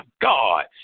God